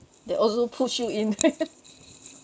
they're also pushing in there